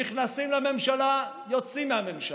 נכנסים לממשלה, יוצאים מהממשלה,